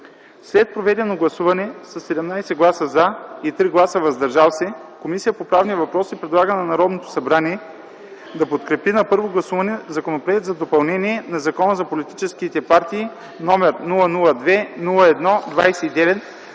След проведеното гласуване, със 17 гласа „за” и 3 гласа „въздържал се”, Комисията по правни въпроси предлага на Народното събрание да подкрепи на първо гласуване Законопроекта за допълнение на Закона за политическите партии, № 002-01-29,